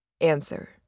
Answer